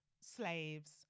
slaves